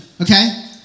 okay